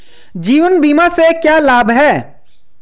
जीवन बीमा से क्या लाभ हैं?